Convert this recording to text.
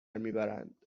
میبرند